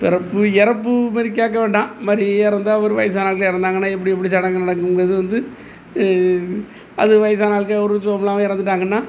பிறப்பு இறப்பு இது மாதிரி கேட்க வேண்டாம் இது மாதிரி இறந்தா ஒரு வயசானவங்க இறந்தாங்கன்னா எப்படி எப்படி சடங்கு நடக்குங்கிறது வந்து அது வயசான ஆட்கே ஒரு சுகம் இல்லாமல் இறந்துட்டாங்கன்னா